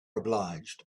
obliged